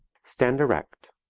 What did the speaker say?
stand erect.